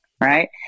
right